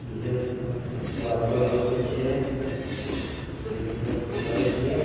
इहै सभ परवल रोपै छियै इहै सभ करै छियै